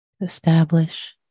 Establish